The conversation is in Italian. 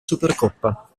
supercoppa